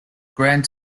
grant